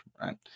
right